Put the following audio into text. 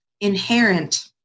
inherent